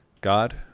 God